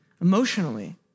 emotionally